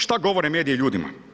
Šta govore mediji ljudima?